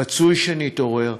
רצוי שנתעורר,